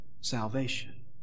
salvation